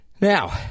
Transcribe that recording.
Now